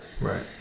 Right